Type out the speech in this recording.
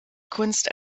kunst